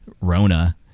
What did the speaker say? Rona